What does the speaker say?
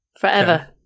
Forever